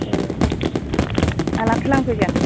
औ माब्लाथो लांफैगोन